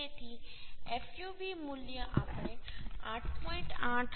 તેથી fub મૂલ્ય આપણે 8